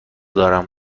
دارم